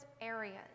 areas